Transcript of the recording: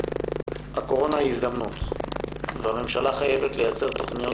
הקורונה היא הזדמנות והממשלה חייבת לייצר תוכניות